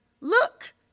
look